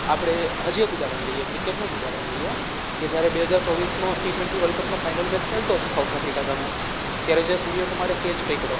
આપણે હજી એક ઉદાહરણ લઈએ ક્રિકેટનું જ ઉદાહરણ લઈએ કે જ્યારે બે હજાર ચોવીસનો ટી ટવેન્ટી વર્લ્ડ કપનો ફાઇનલ મેચ ચાલતો હતો સાઉથ આફ્રિકા સામે ત્યારે જે સુર્ય કુમારે કેચ પકડ્યો